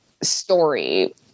story